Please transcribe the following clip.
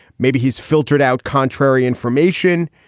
maybe he's filtered out contrary information.